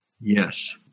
Yes